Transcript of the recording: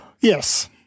Yes